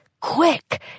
Quick